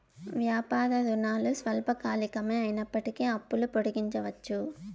వ్యాపార రుణాలు స్వల్పకాలికమే అయినప్పటికీ అప్పులు పొడిగించవచ్చు